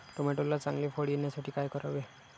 टोमॅटोला चांगले फळ येण्यासाठी काय करावे?